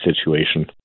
situation